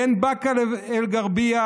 בין באקה אל-גרבייה,